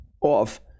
off